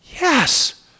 Yes